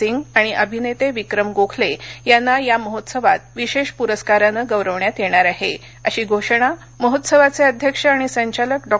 सिंग आणि अभिनेते विक्रम गोखले यांना या महोत्सवांत विशेष पुरस्कारानं गौरविण्यात येणार आहे अशी घोषणा महोत्सवाघे अध्यक्ष आणि संचालक डॉ